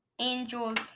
angels